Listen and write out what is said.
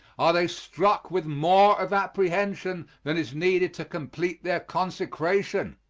are they struck with more of apprehension than is needed to complete their consecration!